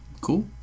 Cool